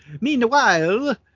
Meanwhile